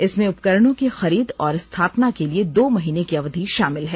इसमें उपकरणों की खरीद और स्थापना के लिए दो महीने की अवधि शामिल है